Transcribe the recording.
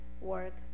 work